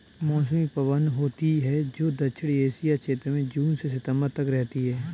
मौसमी पवन होती हैं, जो दक्षिणी एशिया क्षेत्र में जून से सितंबर तक रहती है